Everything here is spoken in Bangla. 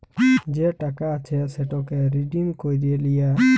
যে টাকা আছে সেটকে রিডিম ক্যইরে লিয়া